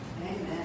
Amen